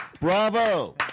Bravo